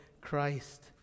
Christ